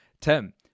Tim